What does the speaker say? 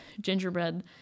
gingerbread